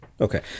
okay